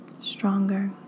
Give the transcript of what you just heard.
Stronger